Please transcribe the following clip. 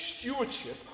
stewardship